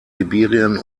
sibirien